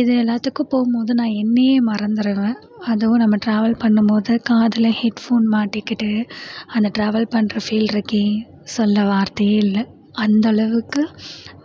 இது எல்லாத்துக்கும் போகும்போது நான் என்னையே மறந்துடுவேன் அதுவும் நம்ம ட்ராவல் பண்ணும்போது காதில் ஹெட்ஃபோன் மாட்டிக்கிட்டு அந்த ட்ராவல் பண்ணுற ஃபீல் இருக்கே சொல்ல வார்த்தையே இல்லை அந்த அளவுக்கு